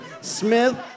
Smith